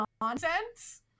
nonsense